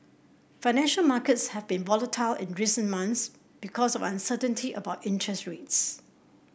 financial markets have been volatile in recent months because uncertainty about interest rates